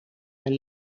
mijn